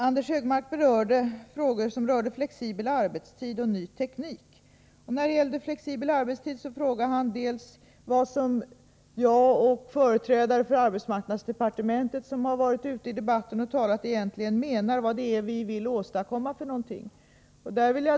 Anders Högmark berörde frågor som rörde flexibel arbetstid och ny teknik. När det gällde flexibel arbetstid frågade han vad jag och företrädare för arbetsmarknadsdepartementet som varit ute och talat i debatten egentligen vill åstadkomma.